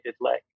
leg